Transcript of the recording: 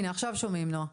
הנה, עכשיו שומעים אותך נועה.